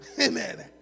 Amen